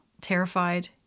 terrified